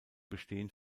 bestehen